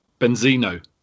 Benzino